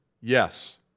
Yes